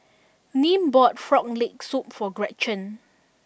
Nim bought Frog Leg Soup for Gretchen